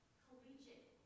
collegiate